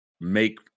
make